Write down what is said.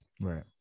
right